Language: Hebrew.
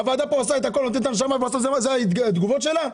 הוועדה עושה הכול וזה התגובות שלה?